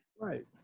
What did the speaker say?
Right